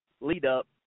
lead-up